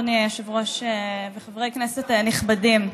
אדוני היושב-ראש וחברי כנסת נכבדים,